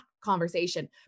conversation